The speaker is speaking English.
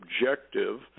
objective